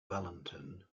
valentin